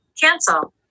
cancel